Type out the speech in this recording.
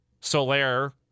Solaire